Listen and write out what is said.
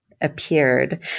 appeared